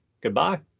Goodbye